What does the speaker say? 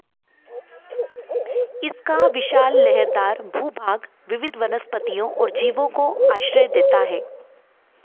इसका विशाल लहरदार भूभाग विविध वनस्पतियों और जीवों को आश्रय देता है